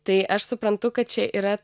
tai aš suprantu kad čia yra